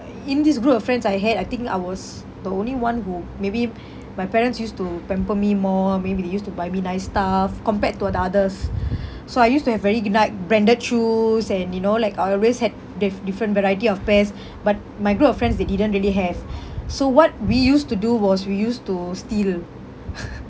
i~ in this group of friends I had I think I was the only one who maybe my parents used to pamper me more maybe they used to buy me nice stuff compared to the others so I used to have wearing like branded shoes and you know like I always had diff~ different variety of pairs but my group of friends they didn't really have so what we used to do was we used to steal